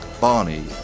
Barney